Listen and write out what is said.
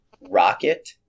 rocket